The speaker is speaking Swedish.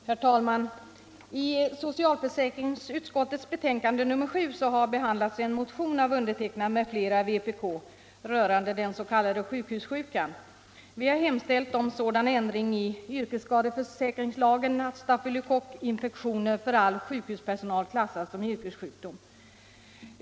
Herr talman! I socialförsäkringsutskottets betänkande nr 7 behandlas en motion av mig m.fl. i vpk rörande den s.k. sjukhussjukan. Vi har hemställt om sådan ändring i yrkesskadeförsäkringslagen att stafylokockinfektioner för all sjukhuspersonal klassas som yrkessjukdom.